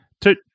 two